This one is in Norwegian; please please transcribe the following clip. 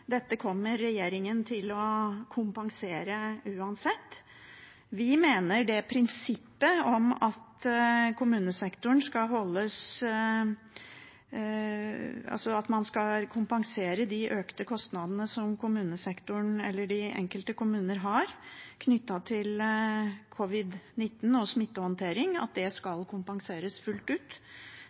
dette kommer regjeringen til å kompensere uansett. Vi mener prinsippet er at man skal kompensere de økte kostnadene som kommunesektoren eller de enkelte kommuner har knyttet til covid-19 og smittehåndtering, at det skal kompenseres fullt ut